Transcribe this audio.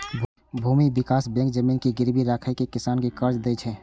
भूमि विकास बैंक जमीन के गिरवी राखि कें किसान कें कर्ज दै छै